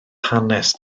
hanes